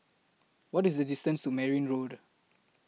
What IS The distance to Merryn Road